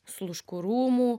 sluškų rūmų